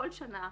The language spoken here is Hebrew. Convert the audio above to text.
כל שנה,